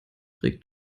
regt